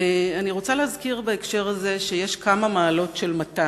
אני רוצה להזכיר בהקשר הזה שיש כמה מעלות של מתן.